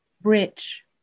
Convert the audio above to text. bridge